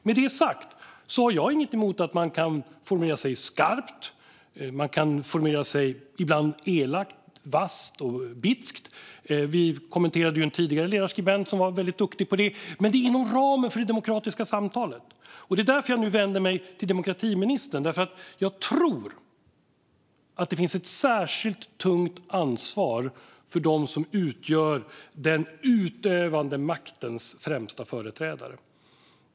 Med det sagt har jag inget emot att man formulerar sig skarpt eller ibland elakt, vasst och bitskt. Vi kommenterade ju tidigare en ledarskribent som var väldigt duktig på det. Men det är inom ramen för det demokratiska samtalet, och det är därför jag nu vänder mig till demokratiministern. Jag tror nämligen att det finns ett särskilt tungt ansvar hos dem som utgör den utövande maktens främsta företrädare.